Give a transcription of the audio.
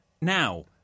now